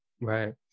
Right